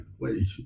wait